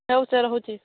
ରହୁଛି ରହୁଛି